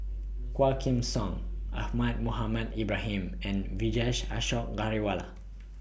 Quah Kim Song Ahmad Mohamed Ibrahim and Vijesh Ashok Ghariwala